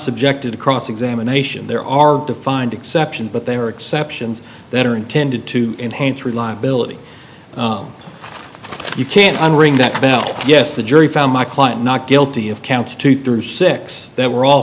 subjected to cross examination there are defined exceptions but they are exceptions that are intended to enhance reliability you can't unring that bell yes the jury found my client not guilty of counts two through six that were all